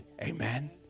Amen